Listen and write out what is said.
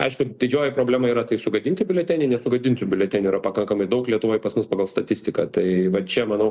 aišku didžioji problema yra tai sugadinti biuleteniai nes sugadintų biuletenių yra pakankamai daug lietuvoj pas mus pagal statistiką tai va čia manau